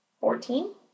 Fourteen